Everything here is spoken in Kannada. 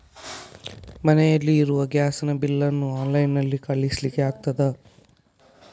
ಮನೆಯಲ್ಲಿ ಇರುವ ಗ್ಯಾಸ್ ನ ಬಿಲ್ ನ್ನು ಆನ್ಲೈನ್ ನಲ್ಲಿ ಕಳಿಸ್ಲಿಕ್ಕೆ ಆಗ್ತದಾ?